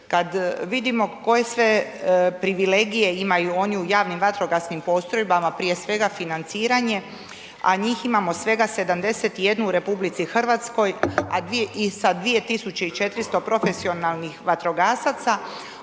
Kad vidimo koje sve privilegije imaju oni u javnim vatrogasnim postrojbama prije svega financiranje, a njih imamo svega 71-u u RH i sa 2.400 profesionalnih vatrogasaca